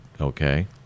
okay